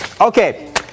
Okay